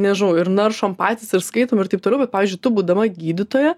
nežinau ir naršom patys ir skaitom ir taip toliau bet pavyzdžiui tu būdama gydytoja